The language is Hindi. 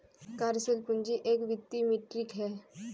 कार्यशील पूंजी एक वित्तीय मीट्रिक है